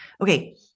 Okay